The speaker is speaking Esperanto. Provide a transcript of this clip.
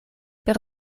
per